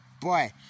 Boy